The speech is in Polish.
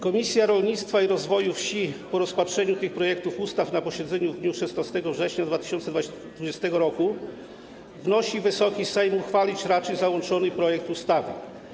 Komisja Rolnictwa i Rozwoju Wsi po rozpatrzeniu projektów ustaw na posiedzeniu w dniu 16 września 2020 r. wnosi, aby Wysoki Sejm uchwalić raczył załączony projekt ustawy.